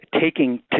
taking